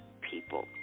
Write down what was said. people